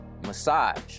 massage